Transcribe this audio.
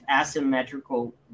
asymmetrical